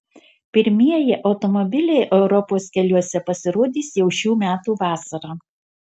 pirmieji automobiliai europos keliuose pasirodys jau šių metų vasarą